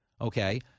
okay